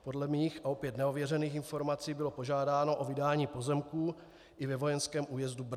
Podle mých a opět nevěřených informací bylo požádáno o vydání pozemků i ve vojenském újezdu Brdy.